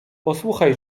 posłuchaj